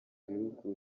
ibihugu